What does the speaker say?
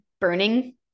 burning